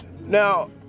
Now